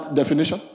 definition